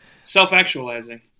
self-actualizing